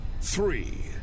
three